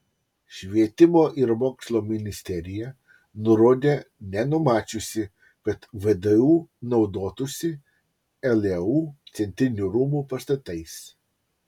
švietimo ir mokslo ministerija nurodė nenumačiusi kad vdu naudotųsi leu centrinių rūmų pastatais